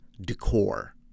decor